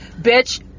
bitch